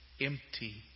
empty